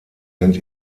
sind